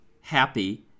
happy